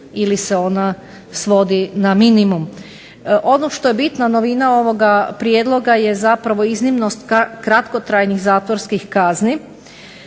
ili se ona svodi na minimum. Ono što je bitna novina ovoga prijedloga je iznimnost kratkotrajnih zatvorskih kazni,